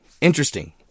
Interesting